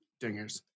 Dingers